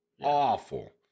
Awful